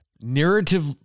narrative